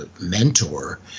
mentor